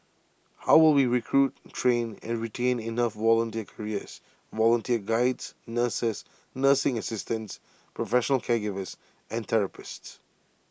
how will we recruit train and retain enough volunteer carers volunteer Guides nurses nursing assistants professional caregivers and therapists